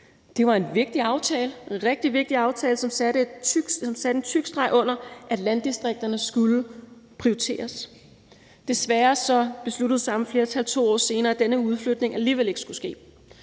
Det var en rigtig vigtig aftale, som satte en tyk streg under, at landdistrikterne skulle prioriteres. Desværre besluttede det samme flertal 2 år senere, at denne udflytning alligevel ikke skulle ske.